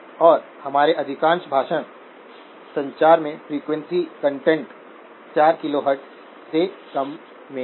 और हमारे अधिकांश भाषण संचार में फ्रीक्वेंसी कंटेंट 4 किलोहर्ट्ज़ से कम है